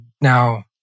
now